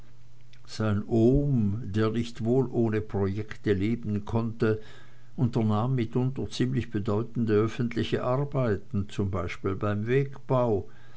sein ohm der nicht wohl ohne projekte leben konnte unternahm mitunter ziemlich bedeutende öffentliche arbeiten z b beim wegbau